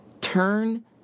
turn